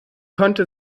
konnte